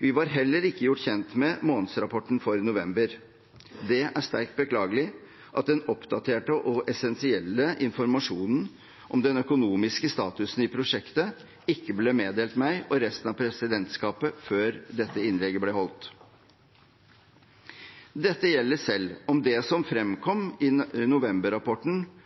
Vi var heller ikke gjort kjent med månedsrapporten for november. Det er sterkt beklagelig at den oppdaterte og essensielle informasjonen om den økonomiske statusen i prosjektet ikke ble meddelt meg og resten av presidentskapet før dette innlegget ble holdt. Dette gjelder selv om det som fremkom i